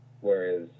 Whereas